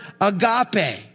agape